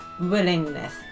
willingness